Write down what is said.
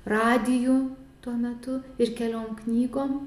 radiju tuo metu ir keliom knygom